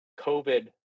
COVID